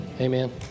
Amen